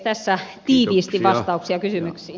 tässä tiiviisti vastauksia kysymyksiin